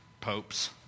popes